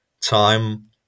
time